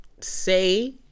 say